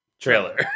trailer